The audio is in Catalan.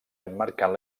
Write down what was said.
emmarcant